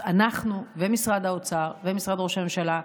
אנחנו, משרד האוצר ומשרד ראש הממשלה,